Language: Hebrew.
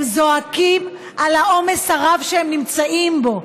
הם זועקים על העומס הרב שהם נמצאים בו,